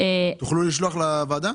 תוכלו לשלוח לוועדה?